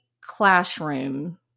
classroom